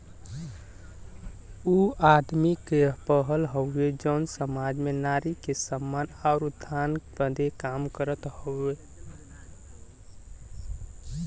ऊ आदमी क पहल हउवे जौन सामाज में नारी के सम्मान आउर उत्थान बदे काम करत हौ